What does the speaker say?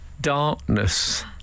darkness